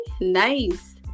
nice